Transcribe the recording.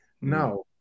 Now